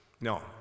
no